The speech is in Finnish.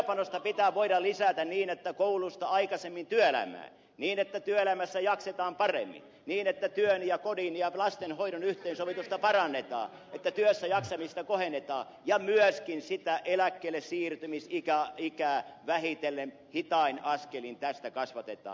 työpanosta pitää voida lisätä niin että koulusta siirrytään aikaisemmin työelämään että työelämässä jaksetaan paremmin että työn ja kodin ja lastenhoidon yhteensovitusta parannetaan että työssäjaksamista kohennetaan ja myöskin eläkkeelle siirtymisikää vähitellen hitain askelin tästä kasvatetaan